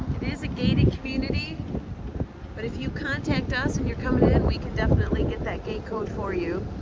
it is a gated community but if you contact us and you're coming in, we can definitely get that gate code for you.